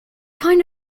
kind